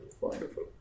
Wonderful